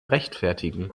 rechtfertigen